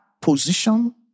position